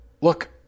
look